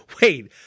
wait